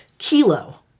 Kilo